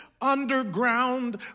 underground